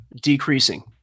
decreasing